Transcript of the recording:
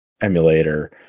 emulator